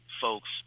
folks